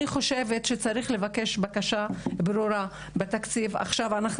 אני חושבת שצריך לבקש בקשה ברורה בתקציב עכשיו.